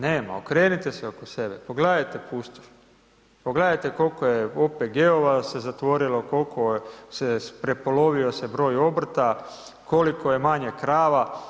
Nema, okrenite se oko sebe, pogledajte pustoš, pogledajte koliko je OPG-ova se zatvorilo koliko se prepolovio se broj obrta, koliko je manje krava.